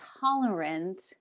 tolerant